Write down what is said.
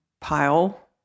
pile